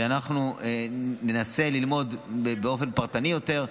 ואנחנו ננסה ללמוד באופן פרטני יותר,